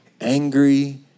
angry